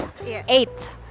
eight